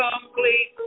complete